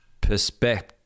perspective